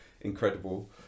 incredible